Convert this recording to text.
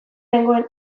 nengoen